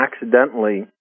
accidentally